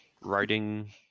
writing